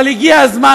אבל הגיע הזמן,